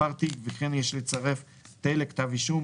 _____________; וכן יש לצרף את אלה: כתב האישום,